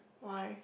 why